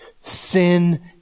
Sin